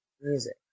music